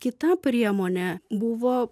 kita priemonė buvo